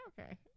Okay